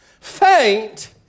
Faint